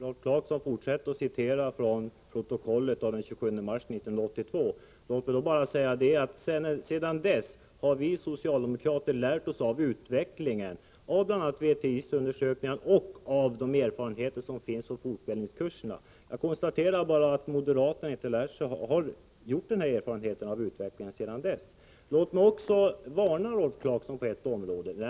Herr talman! Rolf Clarkson fortsätter att citera från protokollet den 27 mars 1982. Låt mig bara säga att sedan dess har vi socialdemokrater lärt oss av utvecklingen, av bl.a. VTI:s undersökningar och av de erfarenheter som finns från fortbildningskurserna. Jag konstaterar bara att moderaterna inte gjort dessa erfarenheter. Låt mig också varna Rolf Clarkson på ett område.